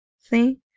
see